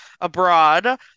abroad